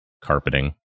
carpeting